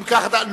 אני לא אומר.